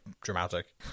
dramatic